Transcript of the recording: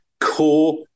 core